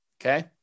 Okay